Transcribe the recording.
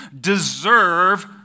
deserve